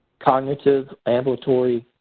cognitive, ambulatory,